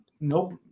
Nope